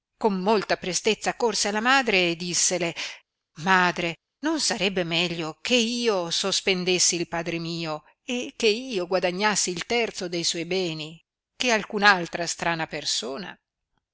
con molta prestezza corse alla madre e dissele madre non sarebbe meglio che io sospendessi il padre mio e che io guadagnassi il terzo de suoi beni che alcun'altra strana persona